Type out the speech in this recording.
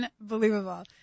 unbelievable